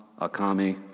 Akami